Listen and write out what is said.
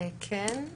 כן.